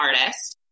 artist